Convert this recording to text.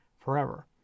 forever